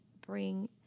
bring